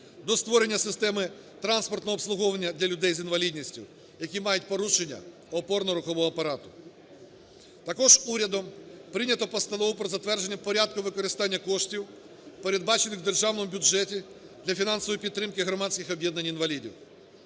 до створення системи транспортного обслуговування для людей з інвалідністю, які мають порушення опорно-рухового апарату. Також урядом прийнято Постанову про затвердження порядку використання коштів, передбачених у Державному бюджеті для фінансової підтримки громадських об'єднань інвалідів.